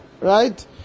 right